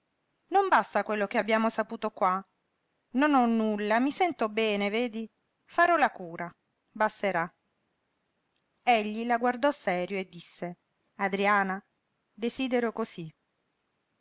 non basta quello che abbiamo saputo qua non ho nulla mi sento bene vedi farò la cura basterà egli la guardò serio e disse adriana desidero cosí